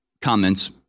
comments